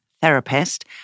therapist